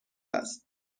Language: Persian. است